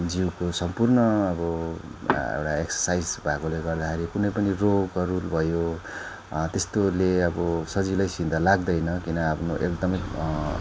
जिउको सम्पूर्ण अब एउटा एक्सरसाइज भएकोले गर्दाखेरि कुनै पनि रोगहरू भयो त्यस्तोले अब सजिलैसित लाग्दैन किन आफ्नो एकदमै